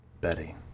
Betty